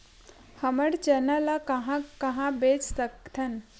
हमन चना ल कहां कहा बेच सकथन?